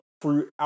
throughout